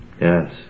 Yes